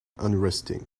unresting